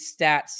stats